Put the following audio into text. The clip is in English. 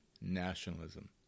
nationalism